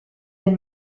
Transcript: del